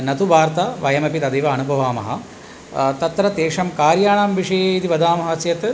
न तु वार्ता वयमपि तदेव अनुभवामः तत्र तेषां कार्याणां विषये यदि वदामः चेत्